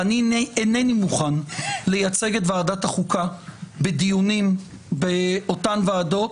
ואינני מוכן לייצג את ועדת החוקה בדיונים באותן ועדות